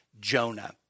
Jonah